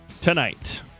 tonight